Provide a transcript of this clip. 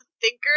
thinker